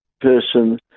person